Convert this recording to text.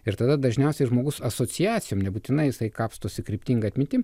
ir tada dažniausiai žmogus asociacijom nebūtinai jisai kapstosi kryptinga atmintim